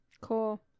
Cool